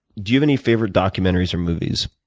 do you have any favorite documentaries or movies?